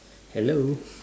hello